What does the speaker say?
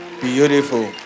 Beautiful